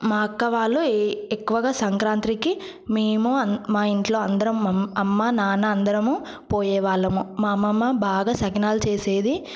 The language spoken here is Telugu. మా అక్క వాళ్ళు ఎ ఎక్కువగా సంక్రాంతికి మేము మా ఇంట్లో అందరము మా అమ్మ నాన్న అందరము పోయే వాళ్ళము మా అమ్మమ్మ బాగా సకినాలు చేసేది